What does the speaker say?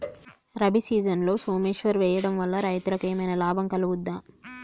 రబీ సీజన్లో సోమేశ్వర్ వేయడం వల్ల రైతులకు ఏమైనా లాభం కలుగుద్ద?